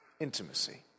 intimacy